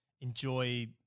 enjoy